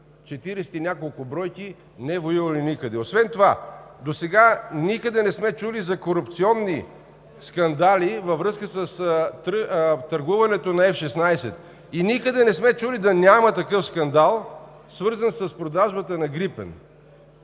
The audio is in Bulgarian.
и няколко бройки не воювали никъде. Освен това досега никъде не сме чули за корупционни скандали във връзка с търгуването на F-16 и никъде не сме чули да няма такъв скандал, свързан с продажбата на „Грипен“.